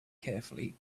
carefully